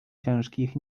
ciężkich